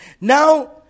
Now